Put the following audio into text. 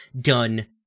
done